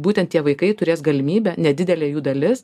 būtent tie vaikai turės galimybę nedidelė jų dalis